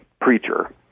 preacher